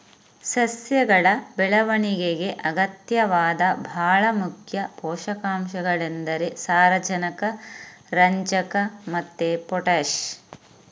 ಸಸ್ಯಗಳ ಬೆಳವಣಿಗೆಗೆ ಅಗತ್ಯವಾದ ಭಾಳ ಮುಖ್ಯ ಪೋಷಕಾಂಶಗಳೆಂದರೆ ಸಾರಜನಕ, ರಂಜಕ ಮತ್ತೆ ಪೊಟಾಷ್